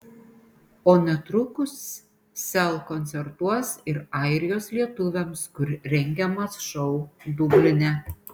o netrukus sel koncertuos ir airijos lietuviams kur rengiamas šou dubline